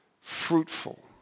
fruitful